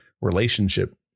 relationship